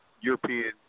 European